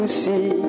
see